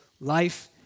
Life